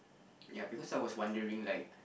ya because I was wondering like